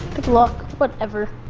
good luck. whatever.